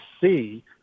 see